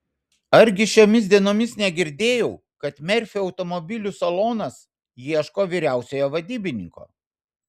argi šiomis dienomis negirdėjau kad merfio automobilių salonas ieško vyriausiojo vadybininko